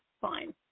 fine